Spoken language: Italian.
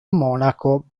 monaco